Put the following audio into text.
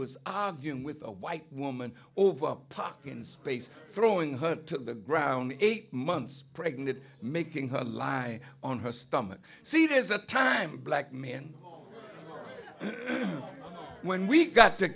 was arguing with a white woman over a parking space throwing her took the ground eight months pregnant making her lie on her stomach see there's a time a black man when we got to